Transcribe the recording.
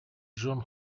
джон